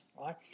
right